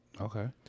Okay